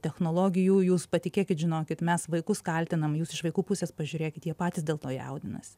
technologijų jūs patikėkit žinokit mes vaikus kaltinam jūs iš vaikų pusės pažiūrėkit jie patys dėl to jaudinasi